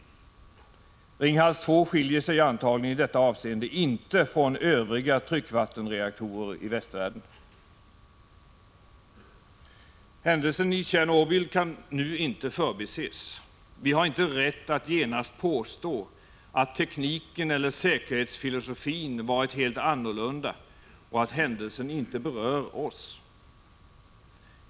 Ringhals 2 skiljer sig antagligen i detta avseende inte från övriga tryckvattenreaktorer i västvärlden. Händelsen i Tjernobyl kan nu inte förbises. Vi har inte rätt att genast påstå att tekniken eller säkerhetsfilosofin varit helt annorlunda och att händelsen inte berör oss.